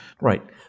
Right